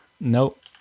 Nope